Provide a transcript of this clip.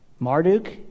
Marduk